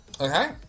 Okay